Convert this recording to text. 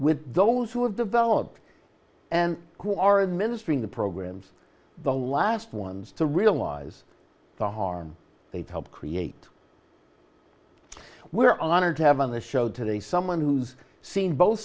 with those who have developed and who are administering the programs the last ones to realize the harm they've helped create we're honored to have on the show today someone who's seen both